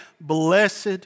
Blessed